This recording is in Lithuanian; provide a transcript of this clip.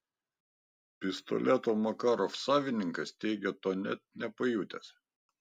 pistoleto makarov savininkas teigia to net nepajutęs